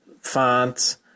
fonts